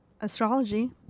Astrology